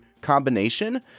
combination